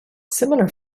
similar